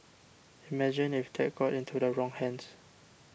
imagine if that got into the wrong hands